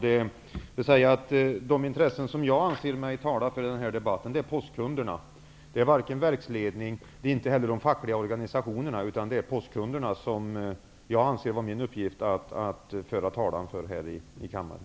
De intressen som jag anser mig tala för i den här debatten är postkundernas. Det är inte verksledningen och inte heller de fackliga organisationerna utan det är postkunderna som jag anser det vara min uppgift att föra talan för här i kammaren.